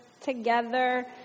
together